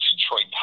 Detroit